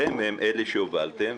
אתם הם אלה שהובלתם,